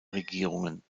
regierungen